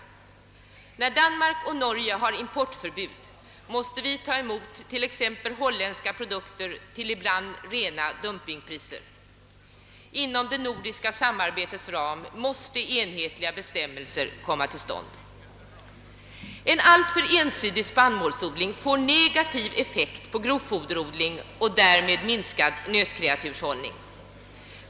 Medan Danmark och Norge har importförbud måste vi ta emot t.ex. holländska produkter till ibland rena dum pingpriser. Inom det nordiska samarbetets ram måste enhetliga bestämmelser komma till stånd. En alltför ensidig spannmålsodling får negativ effekt på grovfoderodlingen och minskar därmed nötkreaturshållningen.